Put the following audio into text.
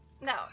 No